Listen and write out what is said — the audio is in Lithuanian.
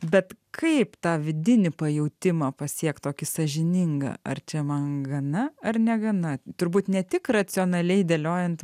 bet kaip tą vidinį pajautimą pasiekt tokį sąžiningą ar čia man gana ar negana turbūt ne tik racionaliai dėliojant